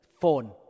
phone